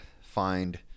find